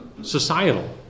Societal